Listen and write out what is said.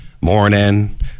morning